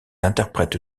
interprète